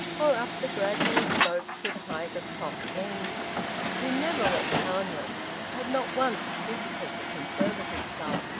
or up the gradual slopes to the height of toft end he never went townwards, had not once visited the conservative club.